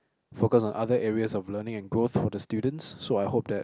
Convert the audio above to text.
focus on other areas of learning and growth for the students so I hope that